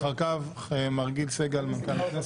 עורך הדין הידי נגב.